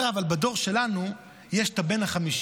הוא אומר, אבל: בדור שלנו יש את הבן החמישי,